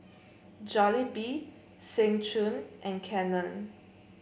Jollibee Seng Choon and Canon